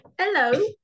hello